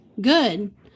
good